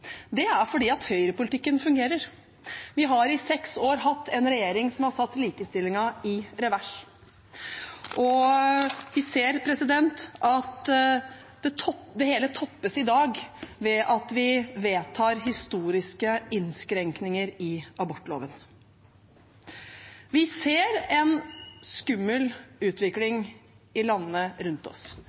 Det er fordi høyrepolitikken fungerer. Vi har i seks år hatt en regjering som har satt likestillingen i revers. Det hele toppes i dag ved at vi vedtar historiske innskrenkninger i abortloven. Vi ser en skummel utvikling i landene rundt oss.